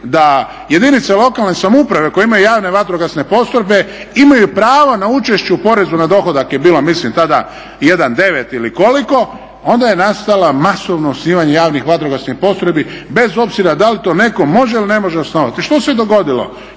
da jedinice lokalne samouprave koje imaju javne vatrogasne postrojbe imaju pravo na učešće u porezu na dohodak je bilo tada mislim 1,9 ili koliko, onda je nastalo masovno osnivanje javnih vatrogasnih postrojbi bez obzira da li to netko može ili ne može osnovati. Što se dogodilo?